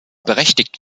berechtigt